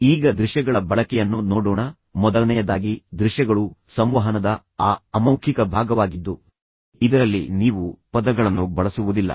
ಈಗ ದೃಶ್ಯಗಳ ಬಳಕೆಯನ್ನು ನೋಡೋಣ ಮೊದಲನೆಯದಾಗಿ ದೃಶ್ಯಗಳು ಯಾವುವು ಆದ್ದರಿಂದ ದೃಶ್ಯಗಳು ಸಂವಹನದ ಆ ಅಮೌಖಿಕ ಭಾಗವಾಗಿದ್ದು ಇದರಲ್ಲಿ ನೀವು ಪದಗಳನ್ನು ಬಳಸುವುದಿಲ್ಲ ನೀವು ಮೌಖಿಕ ಭಾಗವನ್ನು ಬಳಸುವುದಿಲ್ಲ